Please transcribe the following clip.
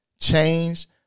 change